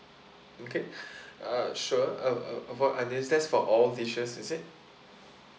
okay uh sure a~ a~ avoid that's for all dishes is it